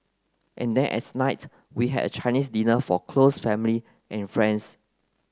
and then at night we had a Chinese dinner for close family and friends